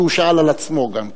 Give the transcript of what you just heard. כי הוא שאל על עצמו גם כן.